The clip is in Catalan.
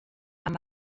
amb